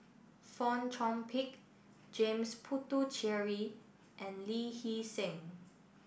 Fong Chong Pik James Puthucheary and Lee Hee Seng